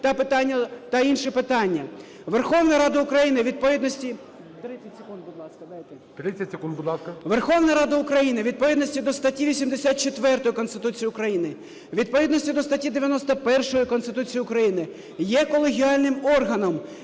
ДОЛЖЕНКОВ О.В. Верховна Рада України у відповідності до статті 84 Конституції України, у відповідності до статті 91 Конституції України є колегіальним органом.